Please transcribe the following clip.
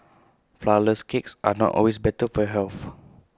Flourless Cakes are not always better for health